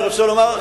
אני רוצה לומר,